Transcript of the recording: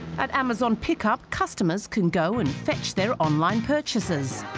at amazon pickup customers can go and fetch their online purchases